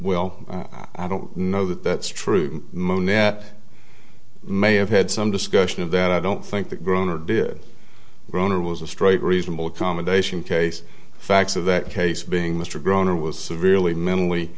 well i don't know that that's true mo net may have had some discussion of that i don't think the groaner did groener was a straight reasonable accommodation case facts of that case being mr groner was severely mentally